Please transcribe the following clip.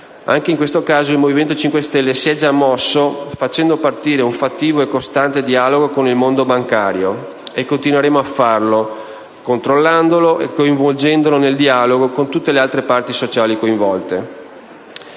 Anche in questo caso il Movimento 5 Stelle si è già mosso facendo partire un fattivo e costante dialogo con il mondo bancario, e continuerà a farlo controllandolo e coinvolgendolo nel dialogo con le tutte le altri parti sociali coinvolte.